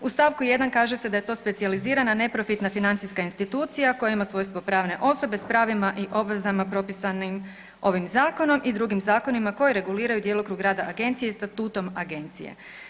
U st. 1. kaže se da je to „specijalizirana neprofitna financijska institucija koja ima svojstvo pravne osobe s pravima i obvezama propisanim ovim zakonom i drugim zakonima koji reguliraju djelokrug rada agencija i statutom agencije“